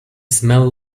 smell